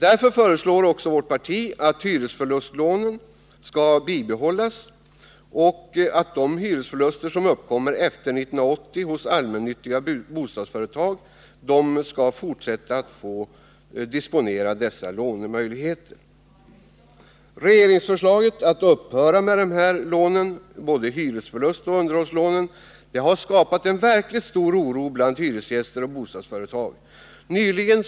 Därför föreslår också vårt parti att hyresförlustlånen skall bibehållas och att de allmännyttiga bostadsföretagen skall få fortsätta att disponera dessa lån för de hyresförluster som uppkommer efter 1980. Regeringens förslag om att man skall upphöra med de här lånen — både hyresförlustoch underhållslånen — har skapat verkligt stor oro bland hyresgäster och bostadsföretag. Nyligen.